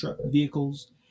vehicles